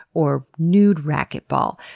or nude racquetball.